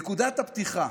נקודת הפתיחה